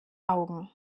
augen